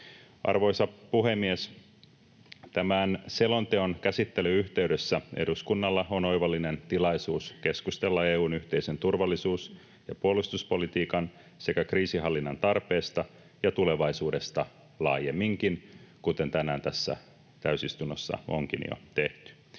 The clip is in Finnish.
Arvoisa puhemies! Tämän selonteon käsittelyn yhteydessä eduskunnalla on oivallinen tilaisuus keskustella EU:n yhteisen turvallisuus- ja puolustuspolitiikan sekä kriisinhallinnan tarpeesta ja tulevaisuudesta laajemminkin, kuten tänään tässä täysistunnossa onkin jo tehty.